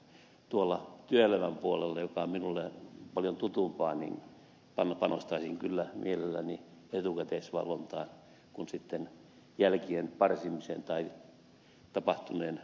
tuolla työelämän puolella joka on minulle paljon tutumpaa panostaisin kyllä mieluummin etukäteisvalvontaan kuin sitten jälkien parsimiseen tai tapahtuneen toteamiseen